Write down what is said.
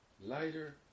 Lighter